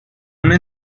una